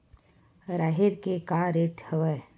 राहेर के का रेट हवय?